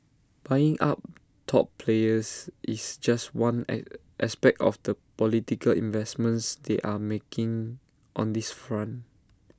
buying up top players is just one aspect of the political investments they are making on this front